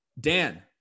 Dan